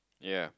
yea